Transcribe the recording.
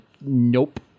nope